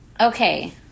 okay